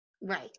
Right